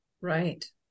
Right